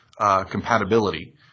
compatibility